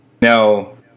Now